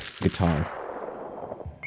guitar